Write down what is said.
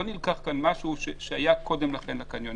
לא נלקח כאן משהו שהיה קודם לכן בקניונים.